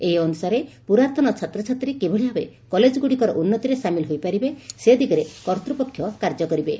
ଏହା ଅନୁସାରେ ପୁରାତନ ଛାତ୍ରଛାତ୍ରୀ କିଭଳିଭାବେ କଲେଜ ଗୁଡ଼ିକର ଉନ୍ନତିରେ ସାମିଲ ହୋଇପାରିବେ ସେ ଦିଗରେ କର୍ଭ୍ରପକ୍ଷ କାର୍ଯ୍ୟ କରିବେ